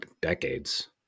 decades